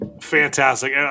fantastic